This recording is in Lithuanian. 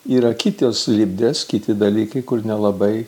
yra kitos lipdės kiti dalykai kur nelabai